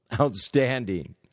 outstanding